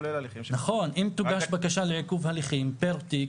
נכון, אם תוגש בקשה לעיכוב הליכים פר תיק.